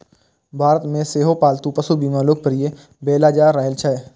भारत मे सेहो पालतू पशु बीमा लोकप्रिय भेल जा रहल छै